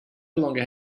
longer